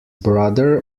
brother